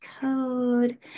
code